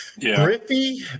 Griffey